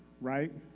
right